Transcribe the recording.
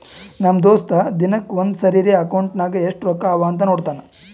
ನಮ್ ದೋಸ್ತ ದಿನಕ್ಕ ಒಂದ್ ಸರಿರೇ ಅಕೌಂಟ್ನಾಗ್ ಎಸ್ಟ್ ರೊಕ್ಕಾ ಅವಾ ಅಂತ್ ನೋಡ್ತಾನ್